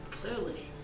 Clearly